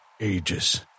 ages